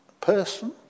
person